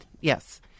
Yes